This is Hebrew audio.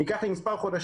זה ייקח לי מספר חודשים,